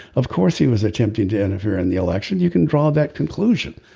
of course he was attempting to interfere in the election. you can draw that conclusion.